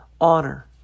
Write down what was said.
honor